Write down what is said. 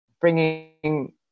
bringing